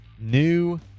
new